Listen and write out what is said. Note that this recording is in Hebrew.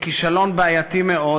לכישלון בעייתי מאוד.